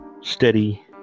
steady